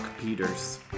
Peters